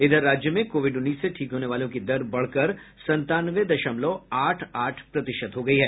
इधर राज्य में कोविड उन्नीस से ठीक होने वालों की दर बढ़कर संतानवे दशमलव आठ आठ प्रतिशत हो गयी है